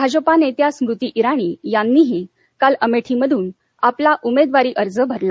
भाजप नेत्या स्मृती इराणी यांनीही काल अमेठीमधून आपला उमेदवारी अर्ज भरला